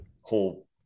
whole